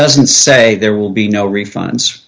doesn't say there will be no refunds